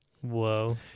Whoa